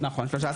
13.5. נכון 13.3,